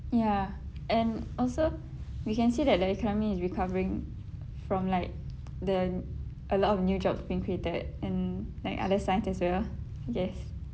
ya and also we can see that the economy is recovering from like the a lot of new jobs being created and like other sign as well yes